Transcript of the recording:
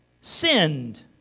sinned